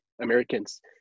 americans